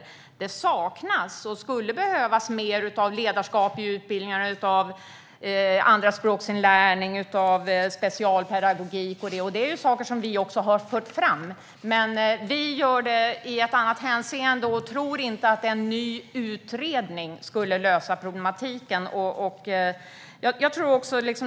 Det saknas och skulle behövas mer ledarskap, andraspråksinlärning, specialpedagogik och så vidare i utbildningarna. Det är saker som vi också har fört fram. Men vi gör det i ett annat sammanhang, och vi tror inte att en ny utredning skulle lösa problematiken.